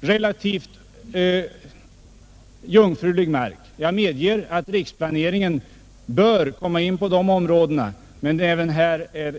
relativt jungfrulig mark även om jag medger att riksplaneringen bör komma in på de områdena.